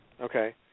Okay